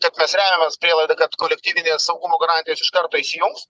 kad mes remiamės prielaida kad kolektyvinės saugumo garantijos iš karto įsijungs